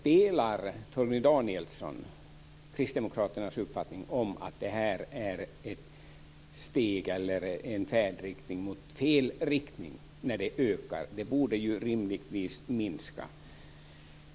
Delar Torgny Danielsson kristdemokraternas uppfattning att det är ett steg i fel riktning när antalet ökar? Det borde ju rimligtvis ske en minskning.